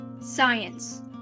Science